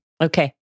okay